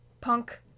punk